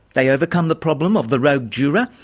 they overcome the problem of the rogue juror,